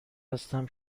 هستم